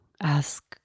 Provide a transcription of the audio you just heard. ask